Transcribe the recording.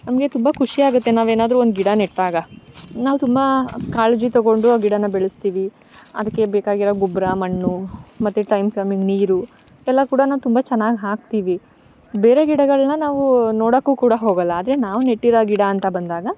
ನಮಗೆ ತುಂಬ ಖುಶಿ ಆಗುತ್ತೆ ನಾವು ಏನಾದ್ರು ಒಂದು ಗಿಡ ನೆಟ್ಟಾಗ ನಾವು ತುಂಬ ಕಾಳಜಿ ತೊಗೊಂಡು ಗಿಡನ ಬೆಳೆಸ್ತೀವಿ ಅದಕ್ಕೆ ಬೇಕಾಗಿರುವ ಗೊಬ್ರ ಮಣ್ಣು ಮತ್ತು ಟೈಮ್ ಕಮಿಂಗ್ ನೀರು ಎಲ್ಲ ಕೂಡ ನಾನು ತುಂಬ ಚೆನ್ನಾಗಿ ಹಾಕ್ತೀವಿ ಬೇರೆ ಗಿಡಗಳನ್ನ ನಾವು ನೋಡೋಕ್ಕೂ ಕೂಡ ಹೋಗೊಲ್ಲ ಆದರೆ ನಾವು ನೆಟ್ಟಿರುವ ಗಿಡ ಅಂತ ಬಂದಾಗ